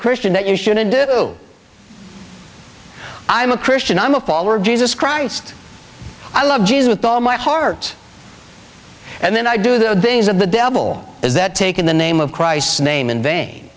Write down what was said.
christian that you shouldn't do i'm a christian i'm a follower of jesus christ i love jesus with all my heart and then i do the things of the devil is that take in the name of christ's name